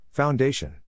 Foundation